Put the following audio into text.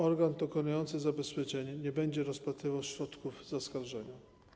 Organ dokonujący zabezpieczenia nie będzie rozpatrywał środków zaskarżenia.